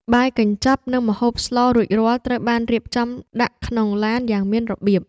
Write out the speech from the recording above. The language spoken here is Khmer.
បាយកញ្ចប់ និងម្ហូបស្លរួចរាល់ត្រូវបានរៀបដាក់ក្នុងឡានយ៉ាងមានរបៀប។